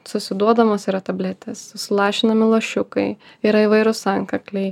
susiduodamos yra tabletės sulašinami lašiukai yra įvairūs antkakliai